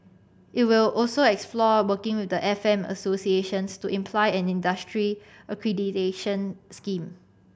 it will also explore working with the F M associations to imply an industry accreditation scheme